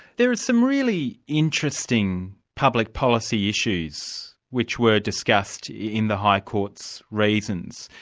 there are some really interesting public policy issues which were discussed in the high court's reasons.